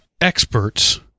experts